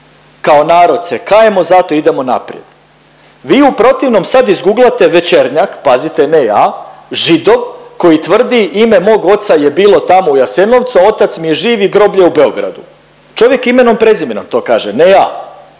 kao narod se kajemo za to idemo naprijed. Vi u protivnom sad izguglate Večernjak, pazite, ne ja, Židov koji tvrdi ime mog oca je bilo tamo u Jasenovcu, a otac mi je živ i groblje u Beogradu, čovjek imenom i prezimenom to kaže, ne ja.